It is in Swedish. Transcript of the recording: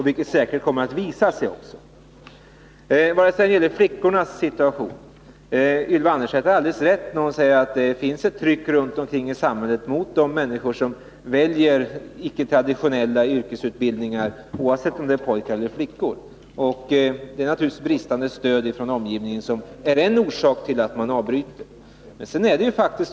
Vad gäller flickornas situation har Ylva Annerstedt alldeles rätt när hon säger att det finns ett tryck runt omkring i samhället mot de människor som väljer icke traditionella yrkesutbildningar, oavsett om de är pojkar eller flickor. Bristande stöd från omgivningen är naturligtvis en orsak till att de avbryter sina studier.